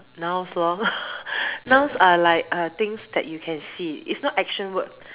nouns lor nouns are like uh things that you can see is not action word